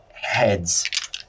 heads